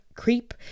Creep